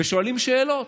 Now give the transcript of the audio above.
ושואלים שאלות,